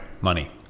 money